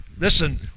Listen